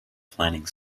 planning